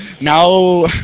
now